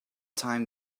time